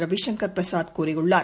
ரவி சங்கர் பிரசாத் கூறியுள்ளார்